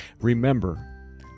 Remember